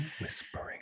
Whispering